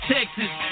Texas